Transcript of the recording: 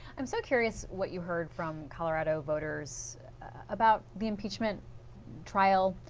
um so curious what you heard from colorado voters about the impeachment trial.